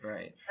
Right